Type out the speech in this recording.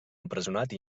empresonat